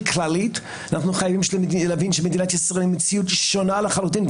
כללית אנחנו חייבים להבין שבמדינת ישראל יש מציאות שונה לחלוטין,